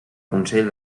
consell